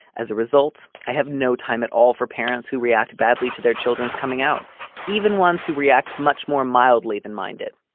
as a result i have no time at all for parents who react badly to their children's coming out even ones who react much more mildly than minded.